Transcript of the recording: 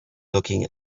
looking